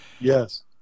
Yes